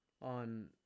on